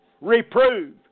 reprove